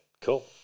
Cool